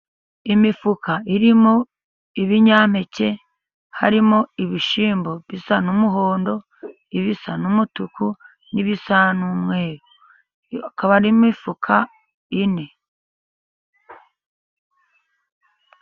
Imifuka irimo ibinyampeke, harimo ibishyimbo bisa n'umuhondo, ibisa n'umutuku, n'ibisa n'umweru. Ikaba ari imifuka ine.